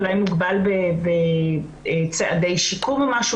אולי מוגבל בצעדי שיקום או משהו.